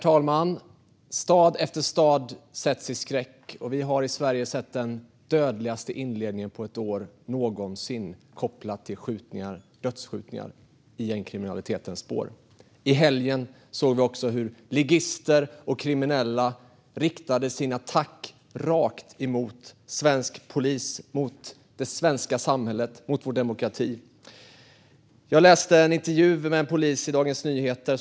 Herr talman! Stad efter stad sätts i skräck, och vi har i Sverige sett den dödligaste inledningen någonsin på ett år kopplat till dödsskjutningar i gängkriminalitetens spår. I helgen såg vi också hur ligister och kriminella riktade sina attacker rakt mot svensk polis, mot det svenska samhället och mot vår demokrati. Jag läste en intervju med en polis i Dagens Nyheter.